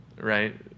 right